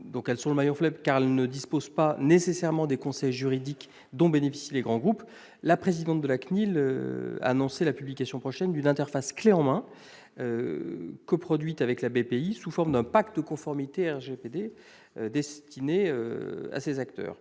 d'entreprises, car elles ne disposent pas nécessairement des conseils juridiques dont bénéficient les grands groupes, la présidente de la CNIL a annoncé la publication prochaine d'une interface « clé en main », coproduite avec Bpifrance sous forme d'un « pack de conformité » au RGPD, destinée à ces acteurs.